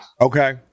Okay